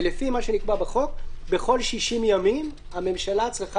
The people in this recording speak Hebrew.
ולפי מה שנקבע בחוק בכל 60 ימים הממשלה צריכה